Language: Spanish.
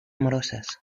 amorosas